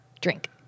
drink